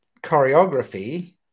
choreography